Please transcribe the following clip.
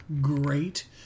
great